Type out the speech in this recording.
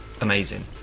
amazing